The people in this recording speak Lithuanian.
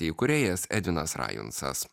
įkūrėjas edvinas rajuncas